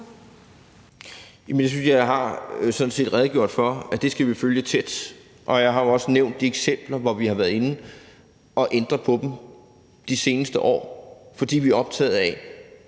jeg har redegjort for, at vi skal følge det tæt, og jeg har jo også nævnt de eksempler, hvor vi har været inde og ændre på dem de seneste år, fordi vi er optaget af,